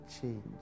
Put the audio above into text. change